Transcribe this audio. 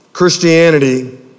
Christianity